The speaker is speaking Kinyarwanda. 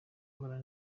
ahura